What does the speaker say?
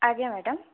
ଆଜ୍ଞା ମ୍ୟାଡ଼ାମ୍